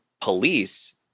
police